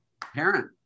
parent